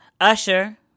Usher